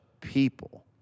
people